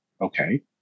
Okay